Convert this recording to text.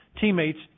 teammates